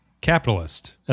capitalist